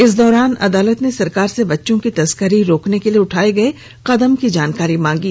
इस दौरान अदालत ने सरकार से बच्चों की तस्करी रोकने के लिए उठाए गए कदम की जानकारी मांगी